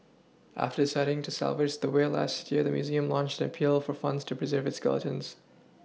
after deciding to salvage the whale last year the Museum launched an appeal for funds to pReserve its skeleton